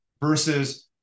Versus